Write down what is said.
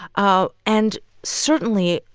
ah and certainly,